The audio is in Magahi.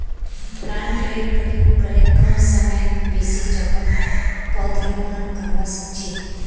प्लांटरेर प्रयोग करे कम समयत बेसी जोगहत पौधरोपण करवा सख छी